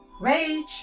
Rage